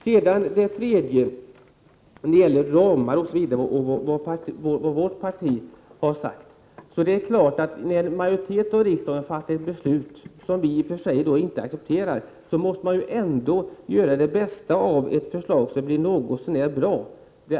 När det gäller frågan om ramar osv. och vad moderata samlingspartiet har sagt, är det självklart att när majoriteten i riksdagen fattar ett beslut, som vi i och för sig inte accepterar, måste man ändå göra det bästa av ett förslag så att resultatet blir något så när bra.